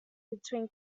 between